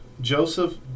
Joseph